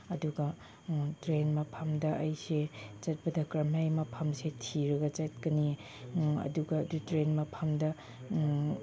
ꯑꯗꯨꯒ ꯇ꯭ꯔꯦꯟ ꯃꯐꯝꯗ ꯑꯩꯁꯤ ꯆꯠꯄꯗ ꯀꯔꯝꯃꯥꯏꯅ ꯃꯐꯝꯁꯤ ꯊꯤꯔꯒ ꯆꯠꯀꯅꯤ ꯑꯗꯨꯒ ꯑꯗꯨ ꯇ꯭ꯔꯦꯟ ꯃꯐꯝꯗ